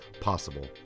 possible